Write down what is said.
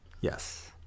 Yes